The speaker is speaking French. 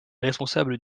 responsable